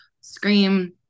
scream